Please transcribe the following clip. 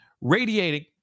Radiating